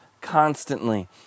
constantly